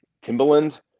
Timberland